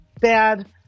bad